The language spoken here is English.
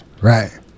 Right